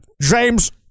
James